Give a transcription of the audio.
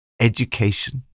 education